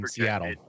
Seattle